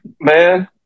man